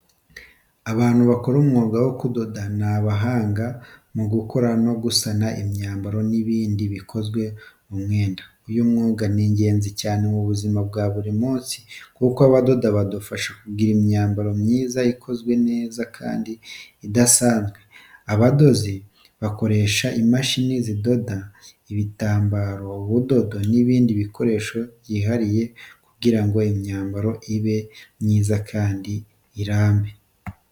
Abantu bakora umwuga wo kudoda ni abahanga mu gukora no gusana imyambaro n'ibindi bikozwe mu mwenda. Uyu mwuga ni ingenzi cyane mu buzima bwa buri munsi kuko abadoda badufasha kugira imyambaro myiza, ikozwe neza kandi idasanzwe. Abadozi bakoresha imashini zidoda, ibitambaro, ubudodo n'ibindi bikoresho byihariye kugira ngo imyambaro ibe myiza kandi irambe.